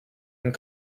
and